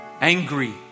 Angry